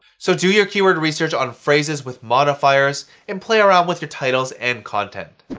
so do your keyword research on phrases with modifiers and play around with your titles and content.